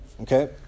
Okay